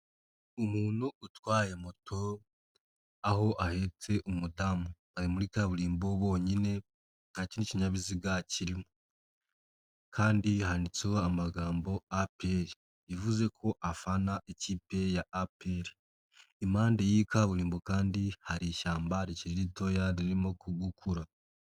Umuntu utwaye moto, aho ahetse umudamu. Ari muri kaburimbo wonyine nta kindi kinyabiziga kirimo kandi handitseho amagambo PAPR. Bivuze ko afana ikipe ya APR. Impande y'iyi kaburimbo kandi hari ishyamba rikiri ritoya, ririmo gukura.